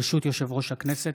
ברשות יושב-ראש הכנסת,